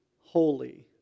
holy